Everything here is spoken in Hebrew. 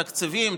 תקציבים,